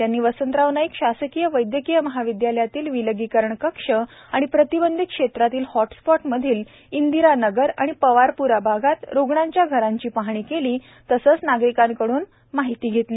त्यांनी वसंतराव नाईक शासकीय वैद्यकीय महाविद्यालयातील विलगीकरण कक्ष आणि प्रतिबंधित क्षेत्रातील हॉटस्पॉट मधील इंदिरानगर आणि पवारपूरा भागात रुग्णांच्या घरांची पाहणी केली तसंच नागरिकांकडून माहिती घेतली